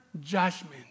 judgment